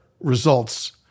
Results